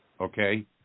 okay